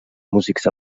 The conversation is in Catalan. músics